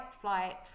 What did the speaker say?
flight